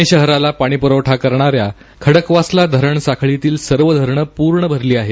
पुणे शहराला पाणपुरवठा करणाऱ्या खडकवासला धरण साखळीतील सर्व धरणं पूर्ण भरला आहेत